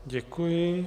Děkuji.